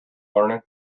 learning